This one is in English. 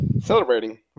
celebrating